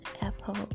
Apple